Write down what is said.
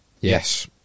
yes